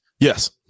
Yes